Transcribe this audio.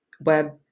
web